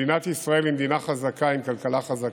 מדינת ישראל היא מדינה חזקה עם כלכלה חזקה,